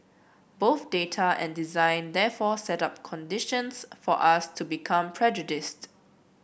both data and design therefore set up conditions for us to become prejudiced